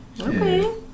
Okay